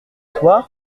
toi